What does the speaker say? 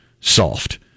soft